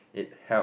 it help